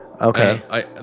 Okay